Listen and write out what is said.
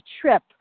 trip